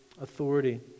authority